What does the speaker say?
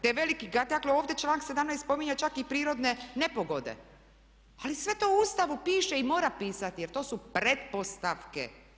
Te veliki … [[Govornica se ne razumije.]] dakle ovdje članak 17. spominje čak i prirodne nepogode, ali sve to u Ustavu piše i mora pisati jer to su pretpostavke.